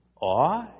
awe